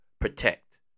protect